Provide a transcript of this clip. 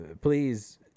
please